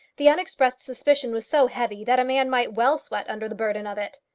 the unexpressed suspicion was so heavy that a man might well sweat under the burden of it!